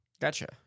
Gotcha